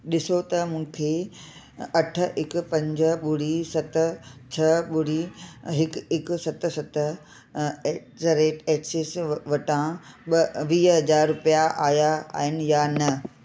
ॾिसो त मूंखे अठ हिकु पंज ॿुड़ी सत छह ॿुड़ी हिकु हिकु सत सत एट द रेट एक्सिस वटां वीह हज़ार रुपया आया आहिनि या न